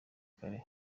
kare